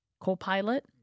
co-pilot